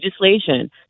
legislation